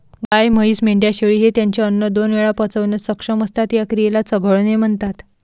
गाय, म्हैस, मेंढ्या, शेळी हे त्यांचे अन्न दोन वेळा पचवण्यास सक्षम असतात, या क्रियेला चघळणे म्हणतात